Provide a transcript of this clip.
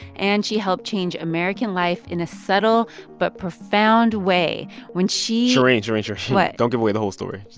and she helped change american life in a subtle but profound way when she. shereen, shereen, shereen what? don't give away the whole story